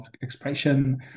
expression